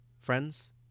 Friends